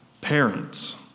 parents